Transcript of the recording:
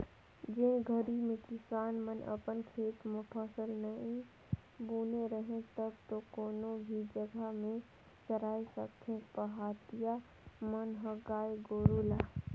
जेन घरी में किसान मन अपन खेत म फसल नइ बुने रहें तब तो कोनो भी जघा में चराय सकथें पहाटिया मन ह गाय गोरु ल